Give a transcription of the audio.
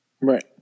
Right